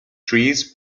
trees